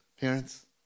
parents